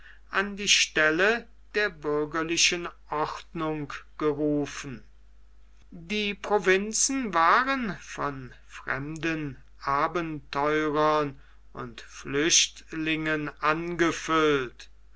an die stelle der bürgerlichen ordnung gerufen die provinzen waren von fremden abenteurern und flüchtlingen angefüllt